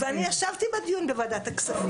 ואני ישבתי בדיון בוועדת הכספים,